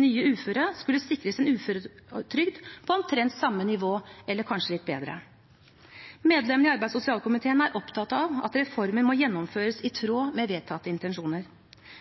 Nye uføre skulle sikres en uføretrygd på omtrent samme nivå – eller kanskje litt bedre. Medlemmene i arbeids- og sosialkomiteen er opptatt av at reformen må gjennomføres i tråd med vedtatte intensjoner.